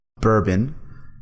bourbon